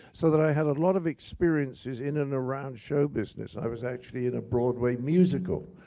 so that i had a lot of experiences in and around show business. i was actually in a broadway musical,